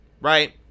right